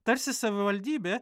tarsi savivaldybė